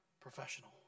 professional